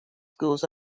schools